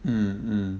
mm mm